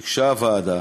ביקשה הוועדה